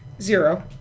Zero